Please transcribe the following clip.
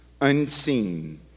unseen